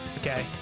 Okay